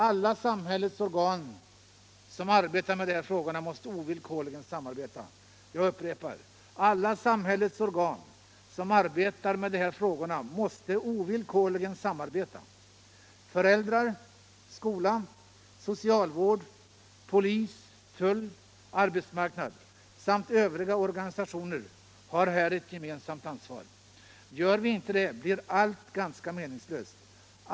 Alla samhällets organ som arbetar med de här frågorna måste ovillkorligen samarbeta — det vill jag kraftigt understryka. Föräldrar, skola, socialvård, polis, tull och arbetsmarknad samt övriga organisationer har här ett gemensamt ansvar. Gör vi inte det blir allt ganska meningslöst.